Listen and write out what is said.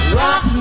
rock